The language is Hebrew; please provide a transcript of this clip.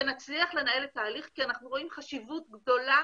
שנצליח לנהל את ההליך כי אנחנו רואים חשיבות גדולה